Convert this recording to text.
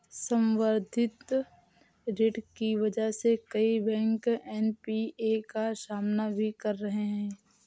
संवर्धित ऋण की वजह से कई बैंक एन.पी.ए का सामना भी कर रहे हैं